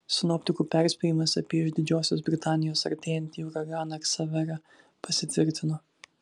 sinoptikų perspėjimas apie iš didžiosios britanijos artėjantį uraganą ksaverą pasitvirtino